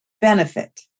benefit